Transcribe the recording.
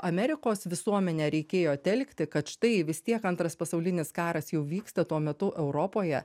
amerikos visuomenę reikėjo telkti kad štai vis tiek antras pasaulinis karas jau vyksta tuo metu europoje